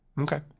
Okay